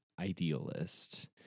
idealist